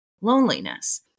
loneliness